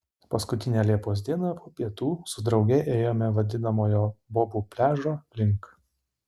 paskutinę liepos dieną po pietų su drauge ėjome vadinamojo bobų pliažo link